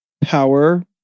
power